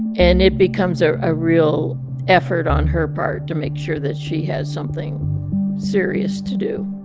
and it becomes a ah real effort on her part to make sure that she has something serious to do.